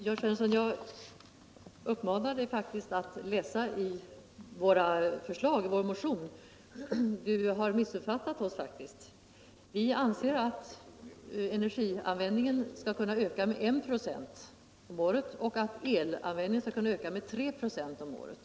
Herr talman! Jag vill uppmana Jörn Svensson att läsa vår motion. Han har faktiskt missuppfattat oss. Vi anser att energianvändningen skall kunna öka med 196 om året och att elanvändningen skall kunna öka med 3 96 om året.